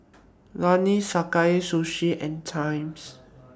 Lenas Sakae Sushi and Times